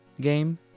game